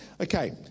Okay